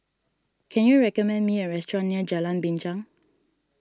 can you recommend me a restaurant near Jalan Binchang